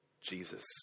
Jesus